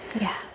Yes